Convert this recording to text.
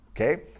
okay